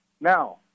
Now